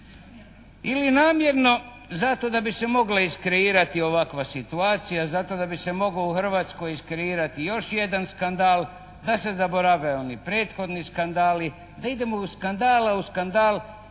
Ili namjerno zato da bi se mogla iskreirati ovakva situacija, zato da bi se mogao u Hrvatskoj iskreirati još jedan skandal, da se zaborave oni prethodni skandali, da idemo iz skandala u skandal